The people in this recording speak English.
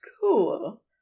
cool